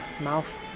mouth